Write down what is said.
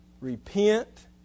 Repent